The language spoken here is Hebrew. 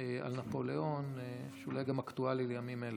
על נפוליאון, שאולי גם אקטואלי לימים אלה.